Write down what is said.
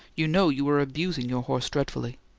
you know you are abusing your horse dreadfully.